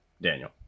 Daniel